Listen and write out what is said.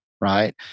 right